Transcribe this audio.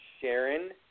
Sharon